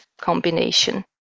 combination